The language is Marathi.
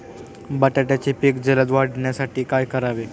बटाट्याचे पीक जलद वाढवण्यासाठी काय करावे?